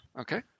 Okay